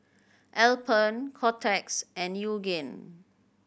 Alpen Kotex and Yoogane